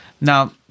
Now